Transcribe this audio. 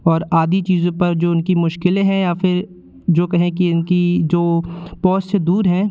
और आदि चीज़ों पर जो उनकी मुश्किलें हैं या फिर जो कहें कि इनकी जो पहोंच से दूर हैं